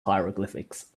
hieroglyphics